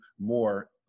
more